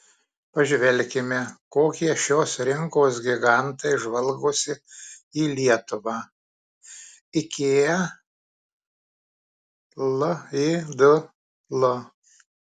pažvelkime kokie šios rinkos gigantai žvalgosi į lietuvą ikea lidl